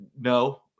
No